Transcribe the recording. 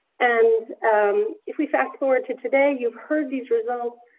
and if we fast forward to today, you've heard these results.